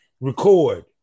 record